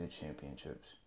championships